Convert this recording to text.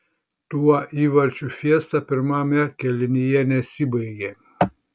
tuo įvarčių fiesta pirmame kėlinyje nesibaigė